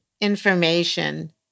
information